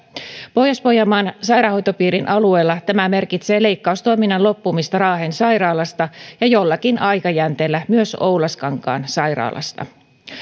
pohjois pohjanmaan sairaanhoitopiirin alueella tämä merkitsee leikkaustoiminnan loppumista raahen sairaalasta ja jollakin aikajänteellä myös oulaskankaan sairaalasta